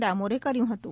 ડામોરે કર્યું હતું